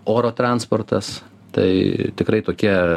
oro transportas tai tikrai tokie